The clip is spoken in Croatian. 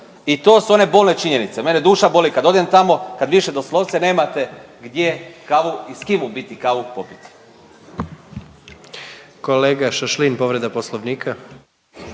i to su one bolne činjenice. Mene duša boli kad odem tamo, kad više doslovce nemate gdje kavu i s kim u biti, kavu popit.